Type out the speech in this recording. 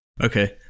Okay